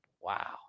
Wow